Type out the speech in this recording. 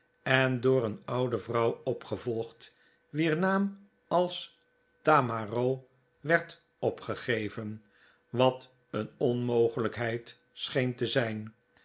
en door een oude vrouw opgevolgd wier naam als tamaroo werd opgegeven wat een onmogelijkheid scheen te zijn